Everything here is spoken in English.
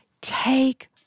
Take